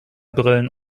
brillen